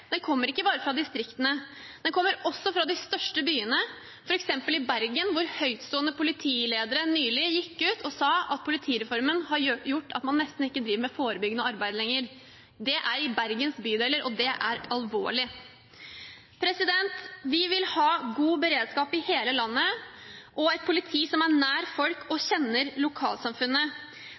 kommer ikke bare fra distriktene, den kommer også fra de største byene. For eksempel gikk nylig høytstående politiledere i Bergen ut og sa at politireformen har gjort at man nesten ikke driver med forebyggende arbeid lenger. Det er i Bergens bydeler, og det er alvorlig. Vi vil ha god beredskap i hele landet og et politi som er nær folk og kjenner lokalsamfunnet.